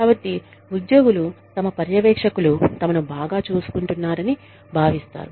కాబట్టి ఉద్యోగులు తమ పర్యవేక్షకులు తమను బాగా చూసుకుంటున్నారని భావిస్తారు